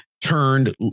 turned